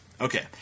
okay